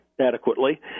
adequately